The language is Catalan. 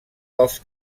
dels